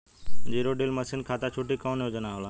Zero till मासिन खाती छूट के कवन योजना होला?